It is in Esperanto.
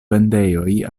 vendejoj